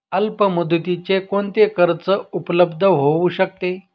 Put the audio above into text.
अल्पमुदतीचे कोणते कर्ज उपलब्ध होऊ शकते?